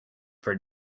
for